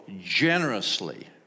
generously